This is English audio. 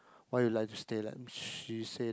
why you like to stay late she say that